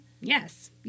Yes